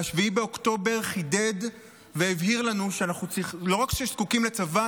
7 באוקטובר חידד והבהיר לנו שלא רק שאנחנו זקוקים לצבא,